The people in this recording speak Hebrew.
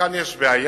כאן יש בעיה,